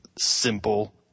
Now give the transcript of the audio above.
simple